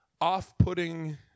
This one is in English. off-putting